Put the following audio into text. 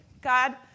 God